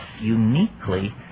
uniquely